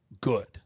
Good